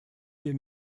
wir